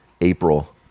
April